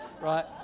Right